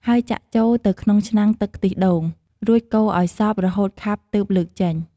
ហើយចាក់ចូលទៅក្នុងឆ្នាំងទឹកខ្ទិះដូង រួចកូរឱ្យសព្វរហូតខាប់ទើបលើកចេញ។